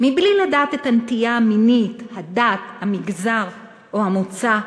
מבלי לדעת את הנטייה המינית, הדת, המגזר או המוצא,